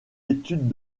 études